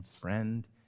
friend